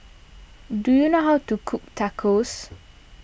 do you know how to cook Tacos